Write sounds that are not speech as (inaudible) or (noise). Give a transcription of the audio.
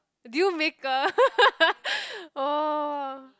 deal maker (laughs) oh